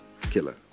killer